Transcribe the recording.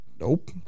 Nope